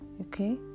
Okay